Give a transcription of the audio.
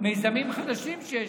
מיזמים חדשים שיש